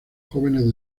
jóvenes